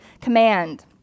command